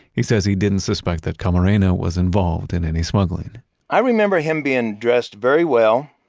he says he didn't suspect that camarena was involved in any smuggling i remember him being dressed very well,